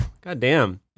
goddamn